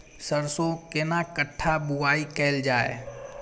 सरसो केना कट्ठा बुआई कैल जाय?